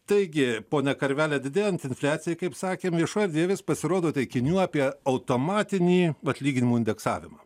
taigi ponia karvele didėjant infliacijai kaip sakėm viešoj erdvėj vis pasirodo teiginių apie automatinį atlyginimų indeksavimą